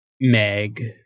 meg